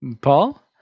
Paul